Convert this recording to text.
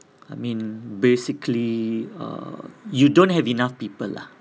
I mean basically err you don't have enough people lah